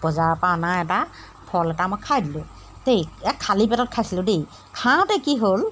বজাৰৰপৰা অনা এটা ফল এটা মই খাই দিলোঁ দেই এই খালী পেটত খাইছিলোঁ দেই খাওঁতে কি হ'ল